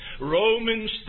Romans